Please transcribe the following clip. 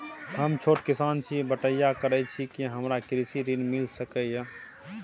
हम छोट किसान छी, बटईया करे छी कि हमरा कृषि ऋण मिल सके या?